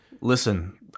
Listen